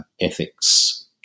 ethics